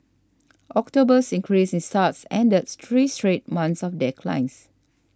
October's increase in starts ended three straight months of declines